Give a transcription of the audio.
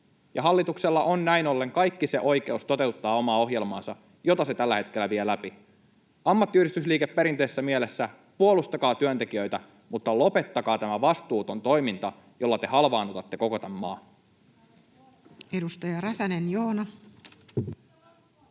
hallituksella on näin ollen kaikki se oikeus toteuttaa omaa ohjelmaansa, jota se tällä hetkellä vie läpi. Ammattiyhdistysliike perinteisessä mielessä: puolustakaa työntekijöitä, mutta lopettakaa tämä vastuuton toiminta, jolla te halvaannutatte koko tämän maan. [Speech 317]